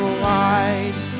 wide